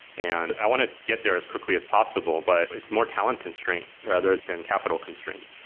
and i want to get there as quickly as possible, but it's more talent-constrained rather than capital-constrained